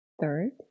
Third